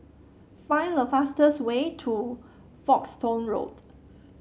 find the fastest way to Folkestone Road